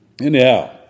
Anyhow